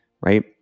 right